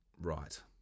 right